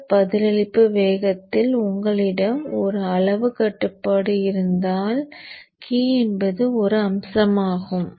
இந்த பதிலளிப்பு வேகத்தில் உங்களிடம் ஒரு அளவு கட்டுப்பாடு இருந்தால் கி என்பது ஒரு அம்சமாகும்